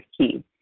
key